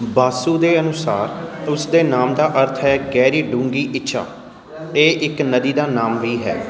ਬਾਸੂ ਦੇ ਅਨੁਸਾਰ ਉਸ ਦੇ ਨਾਮ ਦਾ ਅਰਥ ਹੈ ਗਹਿਰੀ ਡੂੰਘੀ ਇੱਛਾ ਇਹ ਇੱਕ ਨਦੀ ਦਾ ਨਾਮ ਵੀ ਹੈ